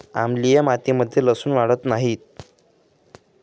आम्लीय मातीमध्ये लसुन वाढत नाही